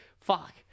Fuck